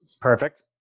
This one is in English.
Perfect